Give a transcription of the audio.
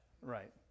Right